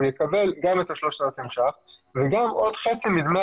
הוא יקבל גם את ה-3,000 ₪ וגם עוד חצי מדמי